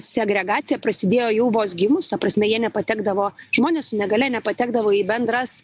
segregacija prasidėjo jau vos gimus ta prasme jie nepatekdavo žmonės su negalia nepatekdavo į bendras